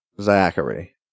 Zachary